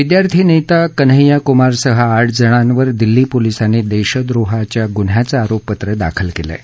विद्यार्थी नेता कन्हैया कुमारसह आठ जणांवर दिल्ली पोलिसांनी देशद्रोहाच्या गुन्ह्याचं आरोपपत्र दाखल केलं आहे